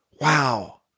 Wow